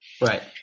Right